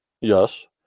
Yes